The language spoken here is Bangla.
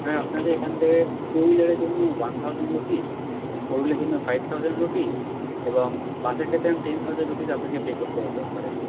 হ্যাঁ আপনাদের এখান থেকে টু হুইলারের জন্য ওয়ান থাউসেন্ড রুপিস ফোর হুইলের জন্য ফাইভ থাউসেন্ড রুপিস এবং বাসের ক্ষেত্রে টেন থাউসেন্ড রুপিস আপনাকে পে করতে হতেও পারে